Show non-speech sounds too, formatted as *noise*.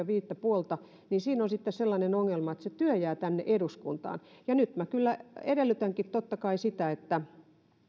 *unintelligible* viittä puolta niin siinä on sitten sellainen ongelma että se työ jää tänne eduskuntaan nyt kyllä edellytänkin totta kai sitä että